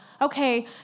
okay